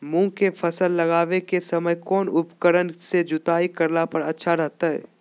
मूंग के फसल लगावे के समय कौन उपकरण से जुताई करला पर अच्छा रहतय?